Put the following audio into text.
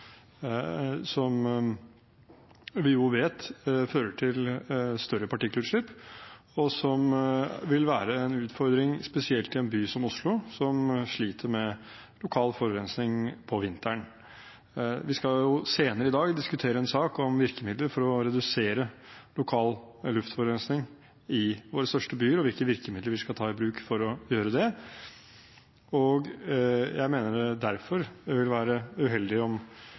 som vi jo vet fører til større partikkelutslipp, og som vil være en utfordring spesielt i en by som Oslo, som sliter med lokal forurensning på vinteren. Vi skal senere i dag diskutere en sak om virkemidler for å redusere lokal luftforurensning i våre største byer og hvilke virkemidler vi skal ta i bruk for å gjøre det, og jeg mener derfor det vil være uheldig om